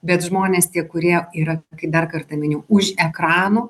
bet žmonės tie kurie yra kai dar kartą miniu už ekranų